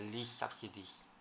the least subsidies